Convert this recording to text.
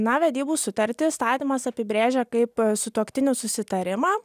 na vedybų sutartį įstatymas apibrėžia kaip sutuoktinių susitarimą